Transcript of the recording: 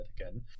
again